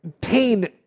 pain